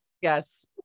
Yes